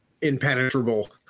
impenetrable